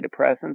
antidepressants